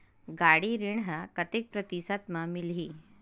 गाड़ी ऋण ह कतेक प्रतिशत म मिलही?